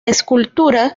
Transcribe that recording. escultura